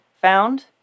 found